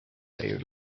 bay